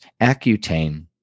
Accutane